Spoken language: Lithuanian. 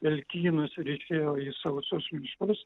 pelkynus ir išėjo į sausus miškus